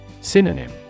Synonym